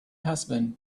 husband